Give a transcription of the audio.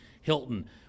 Hilton